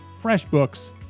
FreshBooks